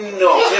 no